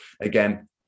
again